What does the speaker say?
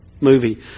movie